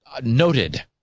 noted